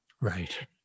Right